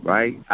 Right